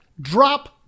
Drop